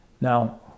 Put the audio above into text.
Now